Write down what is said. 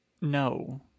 No